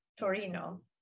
Torino